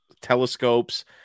telescopes